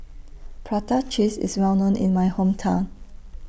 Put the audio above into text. Prata Cheese IS Well known in My Hometown